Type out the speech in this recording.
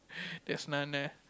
there's none leh